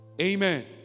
Amen